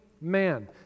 man